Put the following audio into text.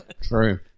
True